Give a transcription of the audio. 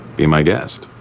be my guest.